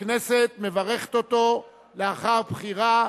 הכנסת מברכת אותו לאחר הבחירה.